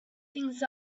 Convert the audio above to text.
things